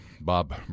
Bob